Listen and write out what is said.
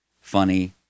funny